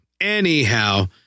Anyhow